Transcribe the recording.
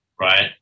Right